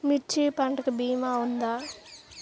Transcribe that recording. మిర్చి పంటకి భీమా ఉందా?